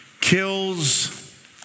kills